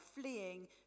fleeing